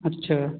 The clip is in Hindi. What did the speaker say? अच्छा